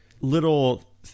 little